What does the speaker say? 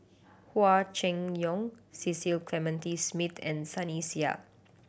Hua Chai Yong Cecil Clementi Smith and Sunny Sia